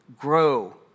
grow